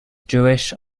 jewish